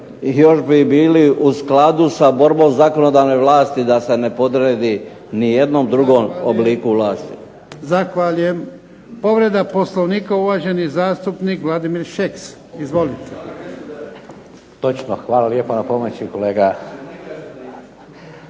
još bi bili u skladu sa borbom zakonodavne vlasti da se ne podredi nijednom drugom obliku vlasti. **Jarnjak, Ivan (HDZ)** Zahvaljujem. Povreda Poslovnika, uvaženi zastupnik Vladimir Šeks. Izvolite. **Šeks, Vladimir (HDZ)** Točno, hvala lijepa na pomoći kolega.